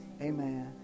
amen